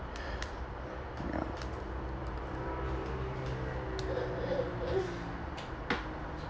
ya